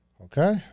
Okay